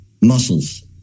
muscles